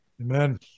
Amen